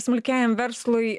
smulkiąjam verslui